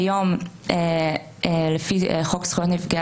כיום לפי חוק זכויות נפגעי